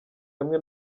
hamwe